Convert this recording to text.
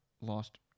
lost